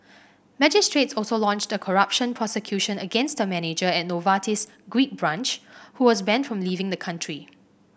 magistrates also launched a corruption prosecution against a manager at Novartis's Greek branch who was banned from leaving the country